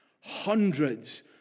Hundreds